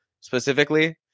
specifically